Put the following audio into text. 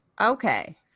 Okay